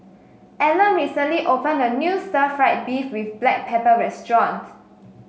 Allan recently opened a new Stir Fried Beef with Black Pepper restaurants